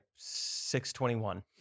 621